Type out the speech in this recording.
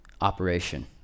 operation